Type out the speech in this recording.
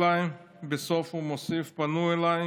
בסוף הוא מוסיף: "פנו אליי